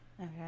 Okay